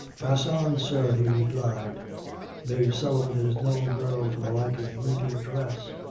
pass on, sir, he replied mave sullivan is no girl for the like of you to address.